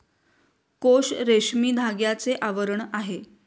कोश रेशमी धाग्याचे आवरण आहे